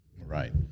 Right